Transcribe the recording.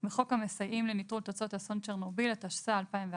הצעת חוק המסייעים לנטרול תוצאות אסון צ'רנוביץ (תיקון מס' 2)